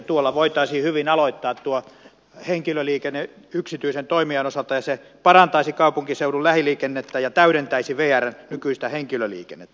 tuolla voitaisiin hyvin aloittaa tuo henkilöliikenne yksityisen toimijan osalta ja se parantaisi kaupunkiseudun lähiliikennettä ja täydentäisi vrn nykyistä henkilöliikennettä